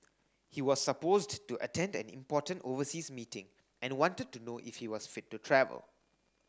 he was supposed to attend an important overseas meeting and wanted to know if he was fit to travel